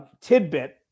tidbit